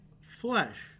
flesh